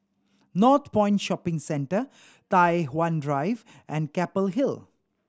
Northpoint Shopping Centre Tai Hwan Drive and Keppel Hill